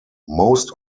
most